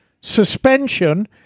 suspension